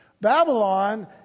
Babylon